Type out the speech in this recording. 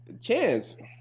Chance